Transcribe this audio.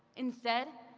instead,